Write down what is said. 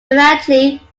eventually